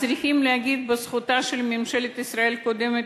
צריכים להגיד לזכותה של ממשלת ישראל הקודמת,